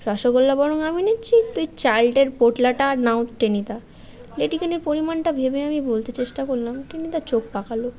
রসগোল্লা বরং আমি নিচ্ছি তুই চালটার পোঁটলাটা নাও টেনিদা লেডিকেনির পরিমাণটা ভেবে আমি বলতে চেষ্টা করলাম টেনিদা চোখ পাকাল